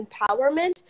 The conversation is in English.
empowerment